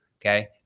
Okay